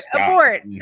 abort